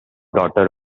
daughter